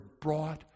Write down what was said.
brought